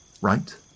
right